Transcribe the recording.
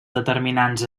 determinants